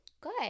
Good